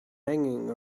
hanging